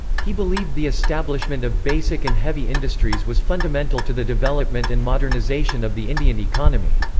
he believed the establishment of basic and heavy industries was fundamental to the development and modernisation of the indian economy.